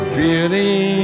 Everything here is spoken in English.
beauty